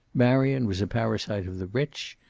marion was a parasite of the rich.